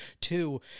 Two